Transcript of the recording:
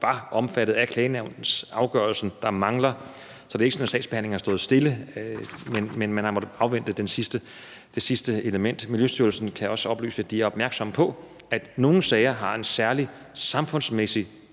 var omfattet af klagenævnsafgørelsen, der mangler. Så det er ikke sådan, at sagsbehandlingen har stået stille, men man har måttet afvente det sidste element. Miljøstyrelsen kan også oplyse, at de er opmærksomme på, at nogle sager har et særligt samfundsmæssigt